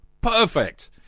Perfect